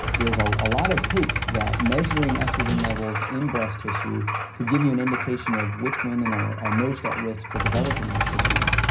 there's a ah lot of hope that measuring oestrogen levels in breast tissue could give you an indication for which women are are most at risk for developing this disease.